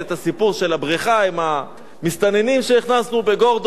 הסיפור של המסתננים שהכנסנו לבריכת "גורדון",